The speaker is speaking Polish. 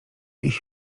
ich